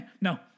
no